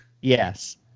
Yes